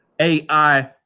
AI